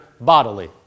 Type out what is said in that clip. bodily